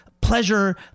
pleasure